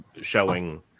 showing